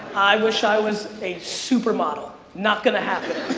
i wish i was a supermodel, not gonna happen.